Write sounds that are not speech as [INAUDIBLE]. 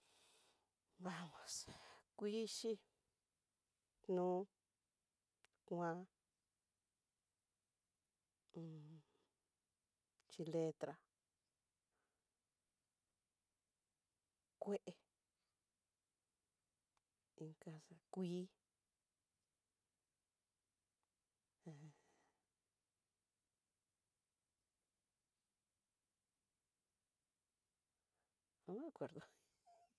Un vamos, kuixhii, no kuan, [HESITATION] xhiletra, kué, inkaxa kuii, he no me acuerdo.